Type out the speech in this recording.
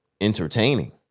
entertaining